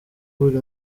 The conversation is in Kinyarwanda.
buri